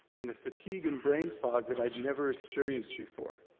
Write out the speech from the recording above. and a fatigue and brain fog that i'd never experienced before.